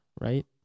right